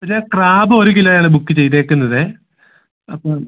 പിന്നെ ക്രാബ് ഒരു കിലോയാണ് ബുക്ക് ചെയ്തേക്കുന്നതേ അപ്പോൾ